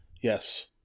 Yes